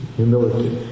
humility